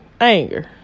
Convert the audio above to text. Anger